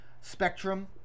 spectrum